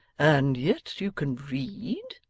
and yet you can read.